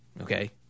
okay